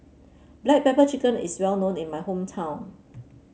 Black Pepper Chicken is well known in my hometown